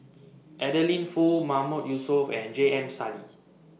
Adeline Foo Mahmood Yusof and J M Sali